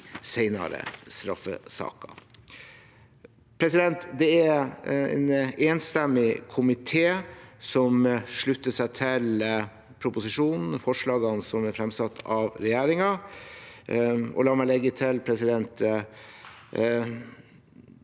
senere straffesaker. Det er en enstemmig komité som slutter seg til proposisjonen og forslagene som er fremsatt av regjeringen. La meg legge til: Denne